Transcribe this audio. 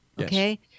okay